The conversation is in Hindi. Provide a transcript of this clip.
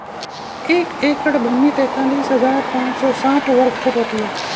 एक एकड़ भूमि तैंतालीस हज़ार पांच सौ साठ वर्ग फुट होती है